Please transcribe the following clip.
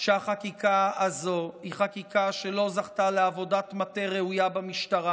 שהחקיקה הזו היא חקיקה שלא זכתה לעבודת מטה במשטרה.